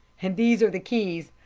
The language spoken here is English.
and these are the keys.